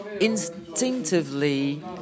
instinctively